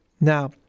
Now